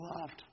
loved